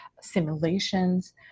simulations